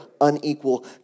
unequal